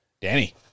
Danny